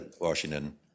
Washington